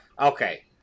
Okay